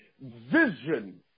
Vision